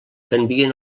canvien